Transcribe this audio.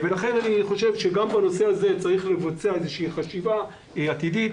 לכן אני חושב שגם בנושא זה צריך לבצע איזו חשיבה עתידית,